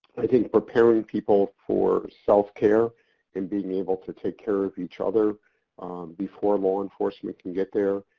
i think preparing people for self-care and being able to take care of each other before law enforcement can get there,